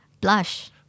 Blush